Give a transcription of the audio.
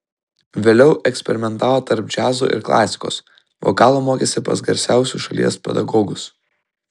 vėliau eksperimentavo tarp džiazo ir klasikos vokalo mokėsi pas garsiausiu šalies pedagogus